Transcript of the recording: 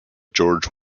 george